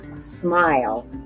Smile